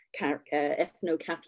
ethno-Catholic